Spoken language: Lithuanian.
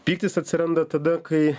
pyktis atsiranda tada kai